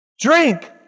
drink